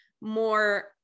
more